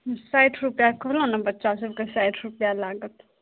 साठि रुपैआ कहलहुँने बच्चा सबके साठि रुपैआ लागत